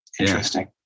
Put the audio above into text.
Interesting